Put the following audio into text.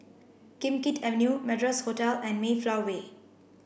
Kim Keat Avenue Madras Hotel and Mayflower Way